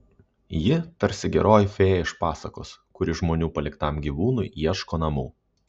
ji tarsi geroji fėja iš pasakos kuri žmonių paliktam gyvūnui ieško namų